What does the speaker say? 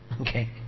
Okay